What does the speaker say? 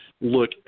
look